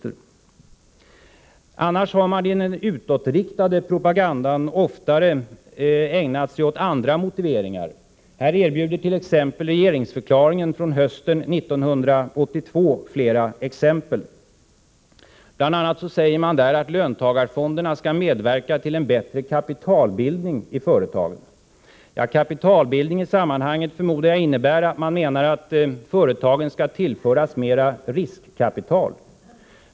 Annars har man i den utåtriktade propagandan oftare ägnat sig åt andra motiveringar. Här erbjuder t.ex. regeringsförklaringen från hösten 1983 flera exempel. Bl. a. säger man där att löntagarfonderna skall medverka till en bättre kapitalbildning i företagen. Ja, kapitalbildning i sammanhanget förmodar jag innebär att man menar att företagen skall tillföras mer riskkapital.